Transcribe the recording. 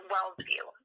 Wellsview